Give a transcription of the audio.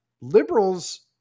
liberals